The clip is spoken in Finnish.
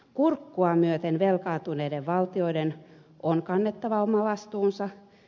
kurkkua myöten velkaantuneiden valtioiden on kannettava oma vastuunsa